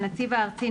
הנציב הארצי רשאי,